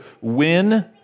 win